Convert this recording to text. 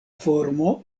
formo